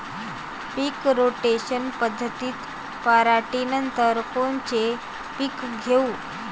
पीक rotation पद्धतीत पराटीनंतर कोनचे पीक घेऊ?